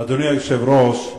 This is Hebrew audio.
אדוני היושב-ראש,